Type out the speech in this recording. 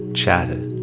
chatted